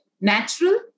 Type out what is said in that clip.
natural